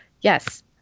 yes